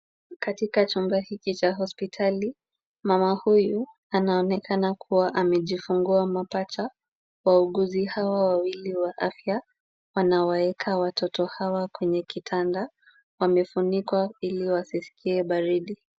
Katika chumba hiki cha hospitali, mama huyu anaonekana kuwa amejifungua mapacha. Wauguzi hawa wawili wa afya wanawaweka watoto hawa kwenye kitanda, wamefunikwa ili wasiskie baridi.